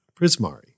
Prismari